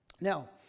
Now